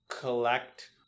collect